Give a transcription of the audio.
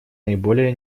наиболее